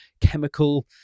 chemical